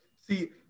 see